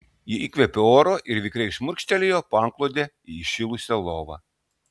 ji įkvėpė oro ir vikriai šmurkštelėjo po antklode į įšilusią lovą